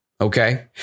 Okay